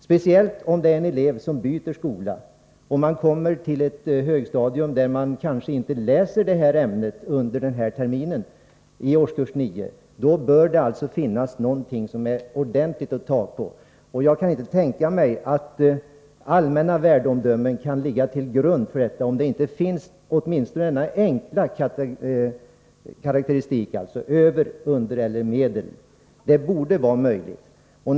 Särskilt när en elev byter skola och kommer till ett högstadium där man inte läser ett visst ämne under höstterminen i årskurs 9 bör det finnas någonting ordentligt att ta fasta på. Jag kan inte tänka mig att allmänna värdeomdömen kan ligga till grund för detta betyg om det inte åtminstone finns en enkel karakteristik: över, under eller medel. Det borde vara möjligt att införa en sådan.